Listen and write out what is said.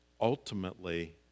ultimately